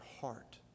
heart